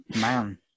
man